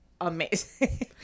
amazing